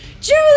Julie